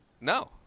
No